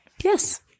Yes